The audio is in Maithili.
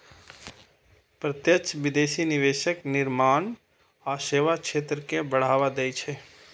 प्रत्यक्ष विदेशी निवेश विनिर्माण आ सेवा क्षेत्र कें बढ़ावा दै छै